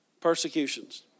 persecutions